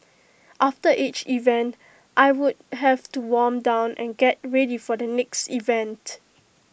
after each event I would have to warm down and get ready for the next event